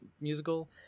musical